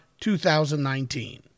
2019